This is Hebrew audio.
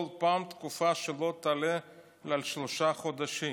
כל פעם תקופה שלא תעלה על שלושה חודשים".